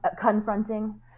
confronting